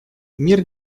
мир